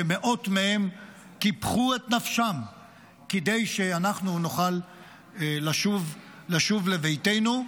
שמאות מהם קיפחו את נפשם כדי שאנחנו נוכל לשוב לביתנו.